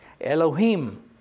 Elohim